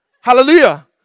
Hallelujah